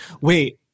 Wait